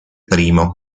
primo